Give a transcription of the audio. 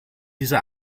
diese